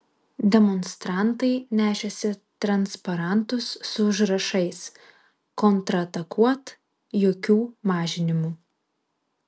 demonstrantai nešėsi transparantus su užrašais kontratakuot jokių mažinimų